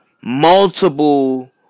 multiple